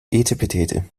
etepetete